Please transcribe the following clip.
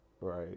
right